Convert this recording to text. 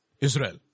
Israel